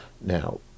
Now